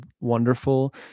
wonderful